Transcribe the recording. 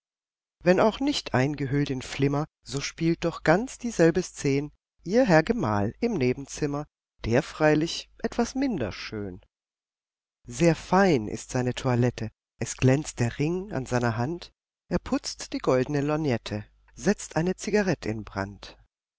wenn auch nicht eingehüllt in flimmer so spielt doch ganz dieselbe szen ihr herr gemahl im nebenzimmer der freilich etwas minder schön sehr fein ist seine toilette es glänzt der ring an seiner hand er putzt die goldene lorgnette setzt eine cigarett in brand